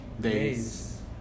days